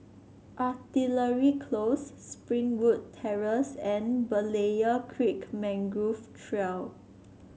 Artillery Close Springwood Terrace and Berlayer Creek Mangrove Trail